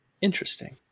Interesting